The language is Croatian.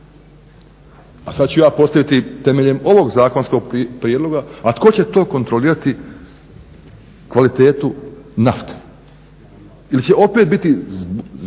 Pa sad ću ja postaviti temeljem ovog zakonskog prijedloga, a tko će to kontrolirati kvalitetu nafte ili će opet biti zbrka